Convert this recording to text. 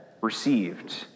received